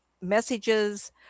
messages